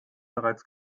bereits